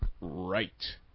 Right